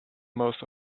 most